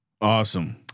awesome